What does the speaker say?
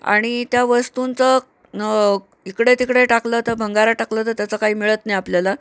आणि त्या वस्तूंचं इकडे तिकडे टाकलं तर भंगारात टाकलं तर त्याच काही मिळत नाही आपल्याला